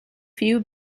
few